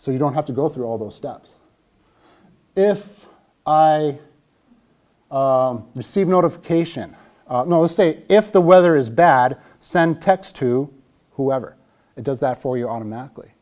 so you don't have to go through all those steps if i receive notification know say if the weather is bad send text to whoever does that for you automatically